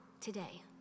today